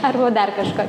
arba dar kažką